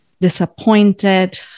Disappointed